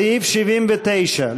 סעיף 79,